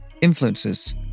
influences